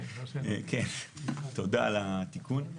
תודה על התיקון.